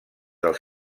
del